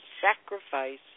sacrifice